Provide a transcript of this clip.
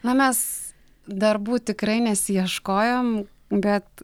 na mes darbų tikrai nesiieškojom bet